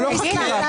אנחנו נשמח.